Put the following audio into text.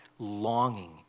longing